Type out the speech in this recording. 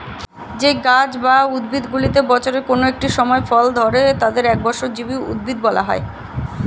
যেই গাছ বা উদ্ভিদগুলিতে বছরের কোন একটি সময় ফল ধরে তাদের একবর্ষজীবী উদ্ভিদ বলা হয়